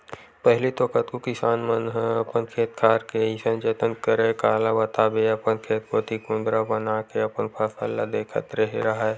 पहिली तो कतको किसान मन ह अपन खेत खार के अइसन जतन करय काला बताबे अपन खेत कोती कुदंरा बनाके अपन फसल ल देखत रेहे राहय